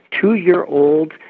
two-year-old